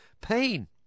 pain